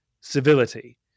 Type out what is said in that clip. civility